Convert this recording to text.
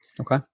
Okay